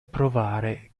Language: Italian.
provare